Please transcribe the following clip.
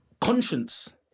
conscience